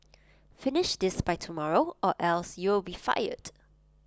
finish this by tomorrow or else you'll be fired